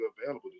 available